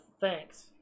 Thanks